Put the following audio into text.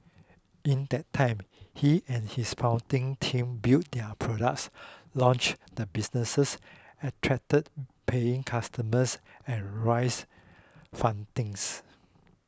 in that time he and his founding team built their products launched the businesses attracted paying customers and raised fundings